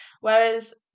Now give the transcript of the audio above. Whereas